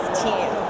team